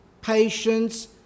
patience